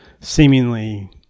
seemingly